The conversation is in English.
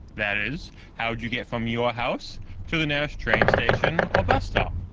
that is, how do you get from your house to the nearest train station or bus stop?